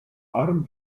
arm